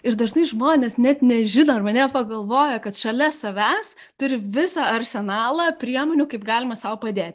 ir dažnai žmonės net nežino arba nepagalvoja kad šalia savęs turi visą arsenalą priemonių kaip galima sau padėti